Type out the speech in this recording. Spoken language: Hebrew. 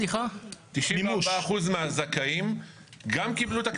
94% מהזכאים גם קיבלו את הכרטיס,